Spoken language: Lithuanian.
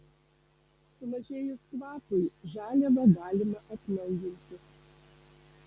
sumažėjus kvapui žaliavą galima atnaujinti